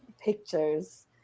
pictures